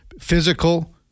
Physical